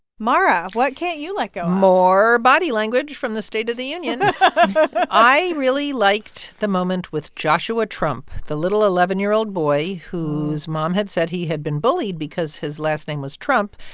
mara, what can't you let go of? more body language from the state of the union i really liked the moment with joshua trump, the little eleven year old boy whose mom had said he had been bullied because his last name was trump.